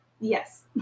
Yes